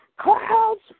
Clouds